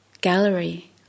gallery